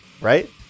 Right